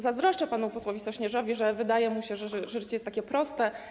Zazdroszczę panu posłowi Sośnierzowi, że wydaje mu się, że życie jest takie proste.